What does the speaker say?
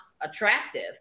attractive